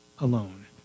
alone